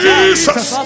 Jesus